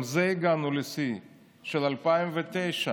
גם בזה הגענו לשיא של 2009,